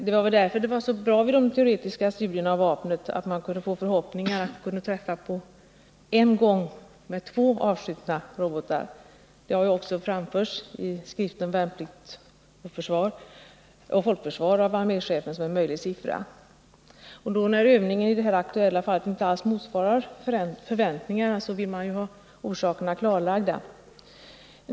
Det var därför bra när de teoretiska studierna av vapnet ingav förhoppningar om att man skulle kunna träffa en gång på två robotskott. Arméchefen har också i tidskriften Värnplikt och Folkförsvar framhållit att detta kan vara riktiga siffror. När övningarna i det aktuella fallet inte alls motsvarar förväntningarna, vill man ju få orsakerna klarlagda.